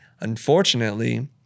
Unfortunately